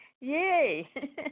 Yay